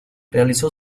realizó